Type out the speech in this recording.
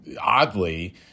oddly